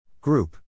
Group